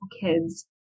kids